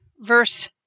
verse